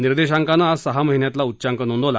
निर्देशांकानं आज सहा महिन्यातला उच्चांक नोंदवला